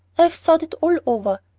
i've thought it all over.